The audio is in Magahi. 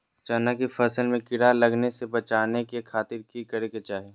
चना की फसल में कीड़ा लगने से बचाने के खातिर की करे के चाही?